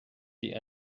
die